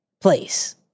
place